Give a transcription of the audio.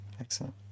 Excellent